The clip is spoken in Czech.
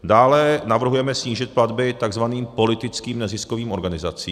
Dále navrhujeme snížit platby takzvaným politickým neziskovým organizacím.